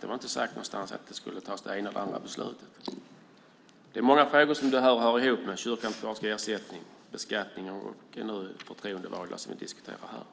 Det var inte sagt någonstans att det skulle fattas det ena eller det andra beslutet. Det är många frågor som hör ihop med kyrkans ersättning, beskattning och de förtroendelagar som vi nu diskuterar.